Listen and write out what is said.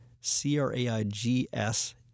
C-R-A-I-G-S